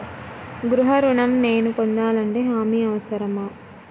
గృహ ఋణం నేను పొందాలంటే హామీ అవసరమా?